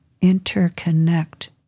interconnect